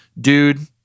Dude